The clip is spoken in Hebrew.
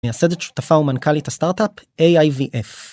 מייסדת שותפה ומנכלי"ת הסטארט-אפ AIVF.